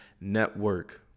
network